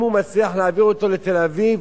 אם הוא יצליח להעביר אותו לתל-אביב